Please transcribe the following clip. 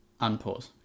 Unpause